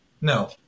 no